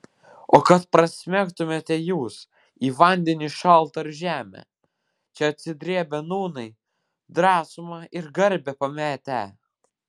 o kad prasmegtumėte jūs į vandenį šaltą ar žemę čia atsidrėbę nūnai drąsumą ir garbę pametę